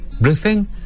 breathing